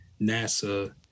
NASA